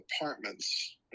apartments